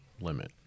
limit